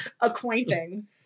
acquainting